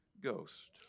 Ghost